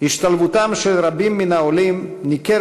השלטון כבעבר ואינם נאלצים להתקיים